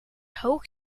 hoog